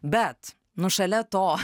bet nu šalia to